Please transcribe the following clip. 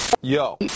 Yo